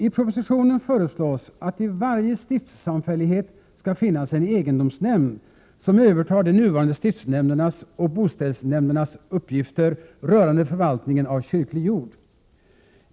I propositionen föreslås att i varje stiftssamfällighet skall finnas en egendomsnämnd, som övertar de nuvarande stiftsnämndernas och boställsnämndernas uppgifter rörande förvaltningen av kyrklig jord.